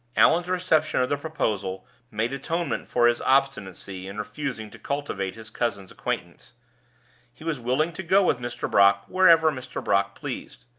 allan's reception of the proposal made atonement for his obstinacy in refusing to cultivate his cousin's acquaintance he was willing to go with mr. brock wherever mr. brock pleased.